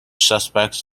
suspects